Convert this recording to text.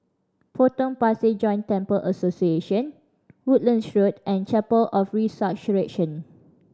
Potong Pasir Joint Temple Association Woodlands Road and Chapel of the Resurrection